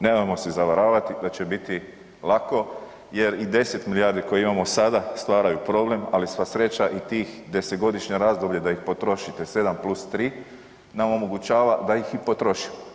Nemojmo se zavaravati da će biti lako jer i 10 milijardi koje imamo sada stvaraju problem, ali sva sreća i tih 10-godišnje razdoblje da ih potrošite 7 plus 3 nam omogućava da ih i potrošimo.